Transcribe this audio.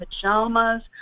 pajamas